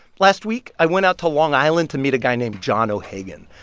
last week, i went out to long island to meet a guy named john o'hagan.